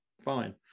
fine